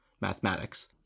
mathematics